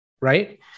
right